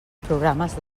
programes